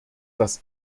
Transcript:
das